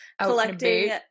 collecting